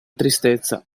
tristezza